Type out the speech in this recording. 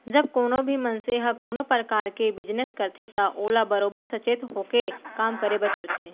जब कोनों भी मनसे ह कोनों परकार के बिजनेस करथे त ओला बरोबर सचेत होके काम करे बर परथे